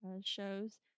shows